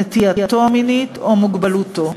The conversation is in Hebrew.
נטייתו המינית או מוגבלותו".